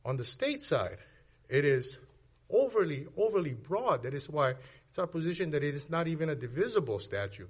on the state side it is overly overly broad that is why it's our position that it is not even a divisible statue